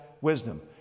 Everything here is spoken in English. wisdom